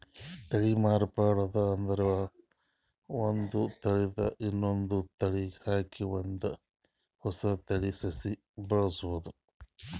ತಳಿ ಮಾರ್ಪಾಡ್ ಮಾಡದ್ ಅಂದ್ರ ಒಂದ್ ತಳಿದ್ ಇನ್ನೊಂದ್ ತಳಿಗ್ ಹಾಕಿ ಒಂದ್ ಹೊಸ ತಳಿ ಸಸಿ ಬೆಳಸದು